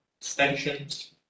Extensions